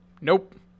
nope